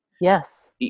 Yes